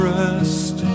rest